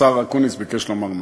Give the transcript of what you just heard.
השר אקוניס ביקש לומר משהו.